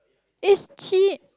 is cheat